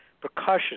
percussion